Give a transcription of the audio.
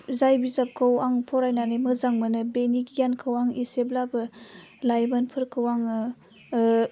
जाय बिजाबखौ आं फरायनानै मोजां मोनो बेनि गियानखौ आं एसेब्लाबो लाइमोनफोरखौ आङो ओह